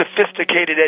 sophisticated